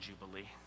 Jubilee